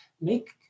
make